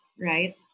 right